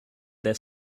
their